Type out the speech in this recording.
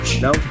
No